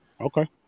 Okay